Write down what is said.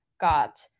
got